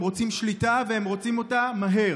הם רוצים שליטה והם רוצים אותה מהר.